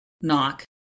Knock